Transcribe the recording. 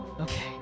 Okay